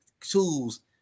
tools